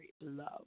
love